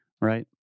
right